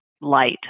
light